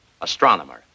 astronomer